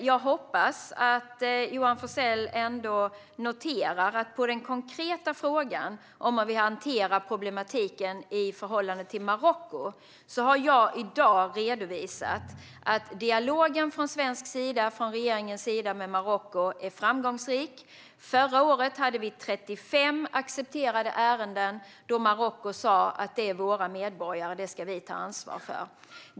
Jag hoppas att Johan Forssell ändå noterar att jag som svar på den konkreta frågan om hur vi hanterar problematiken i förhållande till Marocko i dag har redovisat att dialogen med Marocko från svensk sida, från regeringens sida, är framgångsrik. Förra året hade vi 35 accepterade ärenden där Marocko sa: Det är våra medborgare; dem ska vi ta ansvar för.